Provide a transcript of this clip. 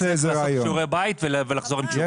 צריך לעשות שיעורי בית ולחזור עם תשובות.